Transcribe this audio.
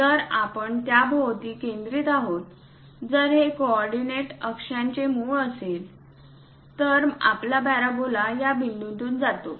जर आपण त्याभोवती केंद्रित आहोत जर हे कोऑर्डिनेट अक्षांचे मूळ असेल तर मग आपला पॅराबोला या बिंदूतून जातो